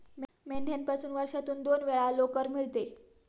मेंढ्यापासून वर्षातून दोन वेळा लोकर मिळते